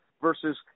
versus